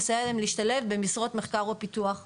לסייע להם להשתלב במשרות מחקר ופיתוח בארץ.